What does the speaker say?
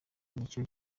nicyo